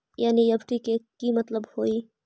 NEFT के कि मतलब होइ?